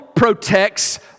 protects